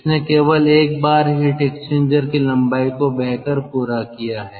इसने केवल एक बार हीट एक्सचेंजर की लंबाई को बहकर पूरा किया है